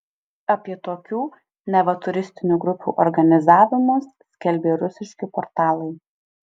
apie tokių neva turistinių grupių organizavimus skelbė rusiški portalai